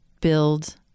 build